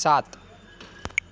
સાત